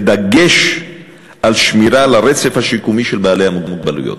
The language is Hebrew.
בדגש על שמירה על הרצף השיקומי של בעלי המוגבלויות.